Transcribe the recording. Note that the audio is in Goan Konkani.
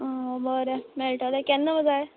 बरें मेळटलें केन्ना जाय